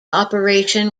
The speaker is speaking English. operation